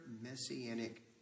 messianic